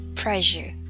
pressure